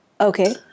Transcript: Okay